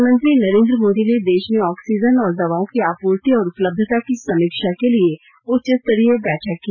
प्रधानमंत्री नरेन्द्र मोदी ने देश में ऑक्सीजन और दवाओं की आपूर्ति और उपलब्यता की समीक्षा के लिए उच्चस्तरीय बैठक की